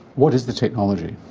what is the technology?